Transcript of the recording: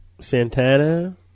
Santana